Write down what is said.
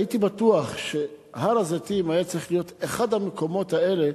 הייתי בטוח שהר-הזיתים צריך להיות אחד המקומות האלה